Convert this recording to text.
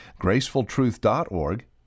gracefultruth.org